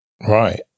Right